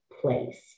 place